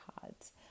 cards